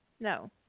No